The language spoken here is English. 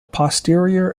posterior